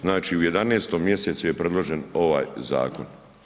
Znači u 11. mjesecu je predložen ovaj zakon.